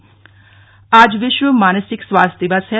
मानसिक स्वास्थ्य दिवस आज विश्व मानसिक स्वास्थ्य दिवस है